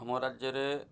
ଆମ ରାଜ୍ୟରେ